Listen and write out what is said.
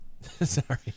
sorry